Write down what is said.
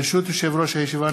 ברשות יושב-ראש הישיבה,